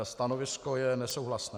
Stanovisko je nesouhlasné.